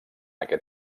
aquest